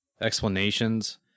explanations